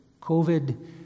COVID